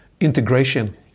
integration